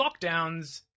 lockdowns